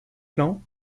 plan